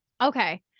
okay